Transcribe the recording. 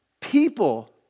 People